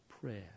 prayer